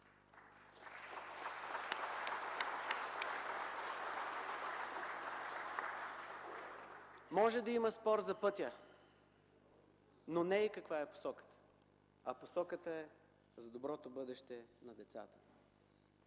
и ДПС.) Може да има спор за пътя, но не и каква е посоката, а посоката е доброто бъдеще на децата